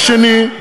דבר שני,